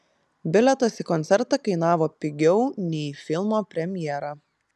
bilietas į koncertą kainavo pigiau nei į filmo premjerą